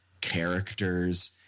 characters